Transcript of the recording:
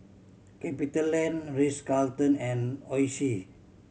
CapitaLand Ritz Carlton and Oishi